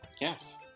Yes